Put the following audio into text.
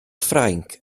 ffrainc